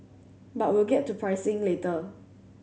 but we'll get to pricing later